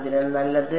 അതിനാൽ നല്ലത്